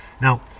now